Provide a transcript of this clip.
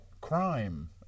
crime